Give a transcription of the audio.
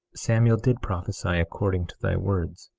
samuel did prophesy according to thy words,